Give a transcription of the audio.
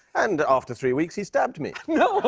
and after three weeks, he stabbed me. no. but